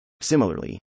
Similarly